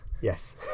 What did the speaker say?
Yes